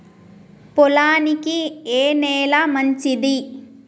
పొలానికి ఏ నేల మంచిది?